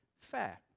fair